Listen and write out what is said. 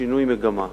שינוי מגמה,